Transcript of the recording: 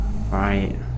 Right